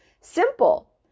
Simple